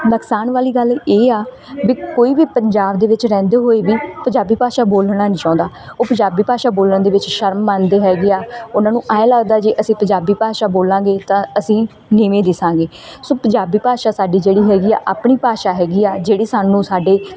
ਨੁਕਸਾਨ ਵਾਲੀ ਗੱਲ ਇਹ ਆ ਵੀ ਕੋਈ ਵੀ ਪੰਜਾਬ ਦੇ ਵਿੱਚ ਰਹਿੰਦੇ ਹੋਏ ਵੀ ਪੰਜਾਬੀ ਭਾਸ਼ਾ ਬੋਲਣਾ ਨਹੀਂ ਚਾਹੁੰਦਾ ਉਹ ਪੰਜਾਬੀ ਭਾਸ਼ਾ ਬੋਲਣ ਦੇ ਵਿੱਚ ਸ਼ਰਮ ਮੰਨਦੇ ਹੈਗੇ ਹੈ ਉਹਨਾਂ ਨੂੰ ਐਂ ਲੱਗਦਾ ਜੇ ਅਸੀਂ ਪੰਜਾਬੀ ਭਾਸ਼ਾ ਬੋਲਾਂਗੇ ਤਾਂ ਅਸੀਂ ਨੀਵੇਂ ਦਿਸਾਂਗੇ ਸੋ ਪੰਜਾਬੀ ਭਾਸ਼ਾ ਸਾਡੀ ਜਿਹੜੀ ਹੈਗੀ ਹੈ ਆਪਣੀ ਭਾਸ਼ਾ ਹੈਗੀ ਹੈ ਜਿਹੜੀ ਸਾਨੂੰ ਸਾਡੇ